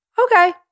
okay